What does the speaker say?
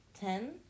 ten